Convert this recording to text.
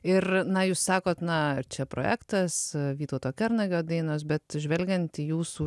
ir na jūs sakot naar čia projektas vytauto kernagio dainos bet žvelgiant į jūsų